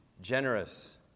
generous